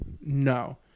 No